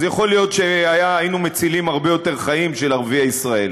אז יכול להיות שהיינו מצילים הרבה יותר חיים של ערביי ישראל.